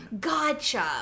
Gotcha